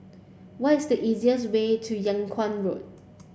what is the easiest way to Yung Kuang Road